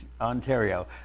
Ontario